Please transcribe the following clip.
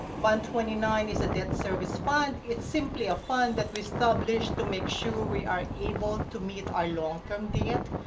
fund twenty nine is a debt service fund. it's simply a fund that we established to make sure we are able to meet our long-term debt.